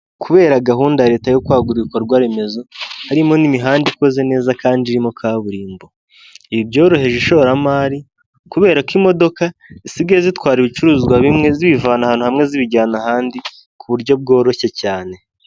Kubera gahunda Leta yo kwagura ibikorwa remezo, harimo n'imihanda ikoze neza kandi irimo kaburimbo. Ibi byoroheje ishoramari, kubera ko imodoka zisigaye zitwara ibicuruzwa bimwe, zibivana ahantu hamwe zibijyana ahandi, ku buryo bworoshye cyane.